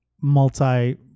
multi